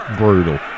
brutal